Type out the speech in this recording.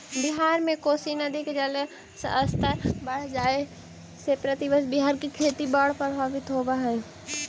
बिहार में कोसी नदी के जलस्तर बढ़ जाए से प्रतिवर्ष बिहार के खेती बाढ़ से प्रभावित होवऽ हई